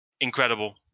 incredible